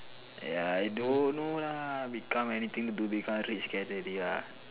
eh I don't know lah become anything do become rich can already lah